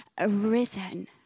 arisen